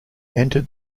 entered